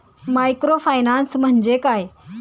Microfinance म्हणजे काय?